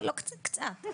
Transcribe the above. לא כזה קצת.